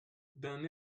d’un